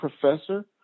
professor